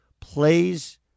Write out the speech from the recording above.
plays